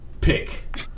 pick